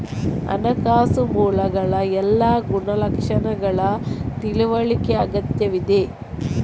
ಹಣಕಾಸು ಮೂಲಗಳ ಎಲ್ಲಾ ಗುಣಲಕ್ಷಣಗಳ ತಿಳುವಳಿಕೆ ಅಗತ್ಯವಿದೆ